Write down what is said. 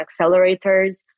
accelerators